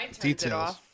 details